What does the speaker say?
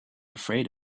afraid